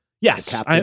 Yes